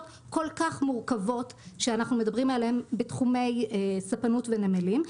כל כך מורכבות שאנחנו מדברים עליהן בתחומי ספנות ונמלים.